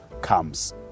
comes